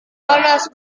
panas